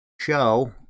show